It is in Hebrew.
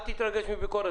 אל תתרגש מביקורת.